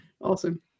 awesome